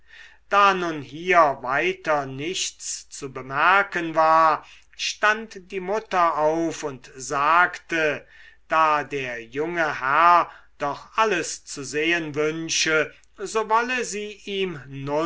da nun hier weiter nichts zu bemerken war stand die mutter auf und sagte da der junge herr doch alles zu sehen wünsche so wolle sie ihm